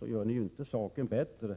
gör ni ju inte saken bättre.